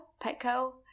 Petco